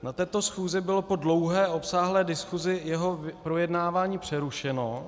Na této schůzi bylo po dlouhé, obsáhlé diskusi jeho projednávání přerušeno.